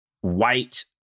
white